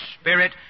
Spirit